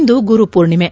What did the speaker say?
ಇಂದು Guru Purnima